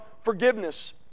forgiveness